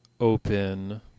open